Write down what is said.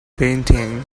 painting